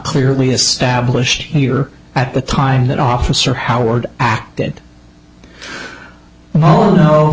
clearly established here at the time that officer howard